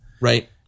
Right